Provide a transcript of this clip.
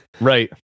Right